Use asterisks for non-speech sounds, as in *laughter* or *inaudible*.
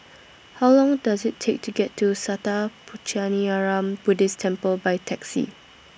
*noise* How Long Does IT Take to get to Sattha Puchaniyaram Buddhist Temple By Taxi